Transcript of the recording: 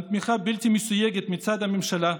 מתמיכה בלתי מסויגת מצד הממשלה,